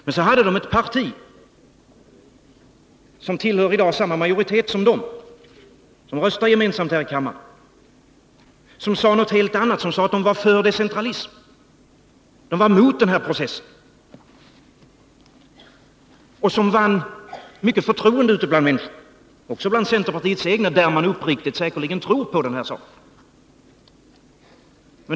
Men så hade de att ta hänsyn till ett parti som i dag tillhör samma majoritet som de, som röstade gemensamt med dem här i kammaren och som sade att det var för någonting helt annat, att det var för decentralism. Centerpartisterna var emot den här processen, och de vann mycket förtroende ute bland människorna, också bland partiets egna, som säkerligen uppriktigt tror på den här decentralismen.